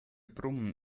brummen